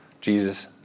Jesus